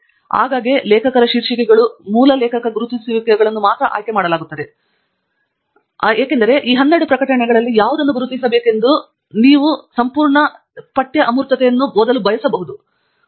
ಆದ್ದರಿಂದ ಆಗಾಗ್ಗೆ ಲೇಖಕ ಶೀರ್ಷಿಕೆಗಳು ಮೂಲ ಮತ್ತು ಲೇಖಕ ಗುರುತಿಸುವಿಕೆಗಳನ್ನು ಮಾತ್ರ ಆಯ್ಕೆಮಾಡಲಾಗುತ್ತದೆ ಮತ್ತು ಅಮೂರ್ತವನ್ನು ಸಹ ಆಯ್ಕೆ ಮಾಡಲು ಅದರ ಮುಖ್ಯವಾದುದು ಏಕೆಂದರೆ ಈ 12 ಪ್ರಕಟಣೆಗಳಲ್ಲಿ ಯಾವುದನ್ನು ಗುರುತಿಸಬೇಕೆಂದು ನೀವು ನೀವು ಸಂಪೂರ್ಣ ಪಠ್ಯ ಆ ನಿರ್ದಿಷ್ಟ ಲೇಖನ ಅಮೂರ್ತತೆಯನ್ನು ಓದಲು ಬಯಸಬಹುದು